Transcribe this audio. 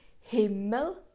Himmel